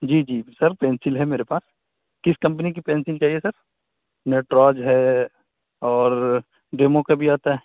جی جی sir pencil ہے میرے پاس کس کمپنی کی پنسل چاہیے سر نٹراج ہے اور ڈیمو کا بھی آتا ہے